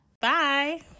Bye